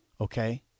okay